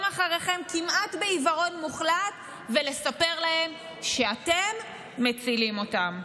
אחריכם כמעט בעיוורון מוחלט ולספר להם שאתם מצילים אותם.